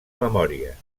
memòries